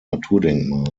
naturdenkmal